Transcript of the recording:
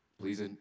Please